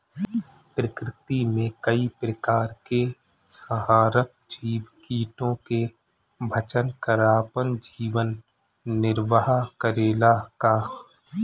प्रकृति मे कई प्रकार के संहारक जीव कीटो के भक्षन कर आपन जीवन निरवाह करेला का?